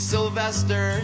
Sylvester